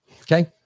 Okay